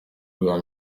rwa